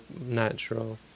natural